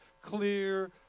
clear